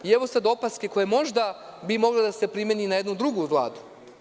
Evo sad opaske koja bi možda mogla da se primeni na jednu drugu vladu.